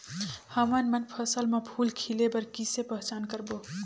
हमन मन फसल म फूल खिले बर किसे पहचान करबो?